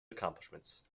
accomplishments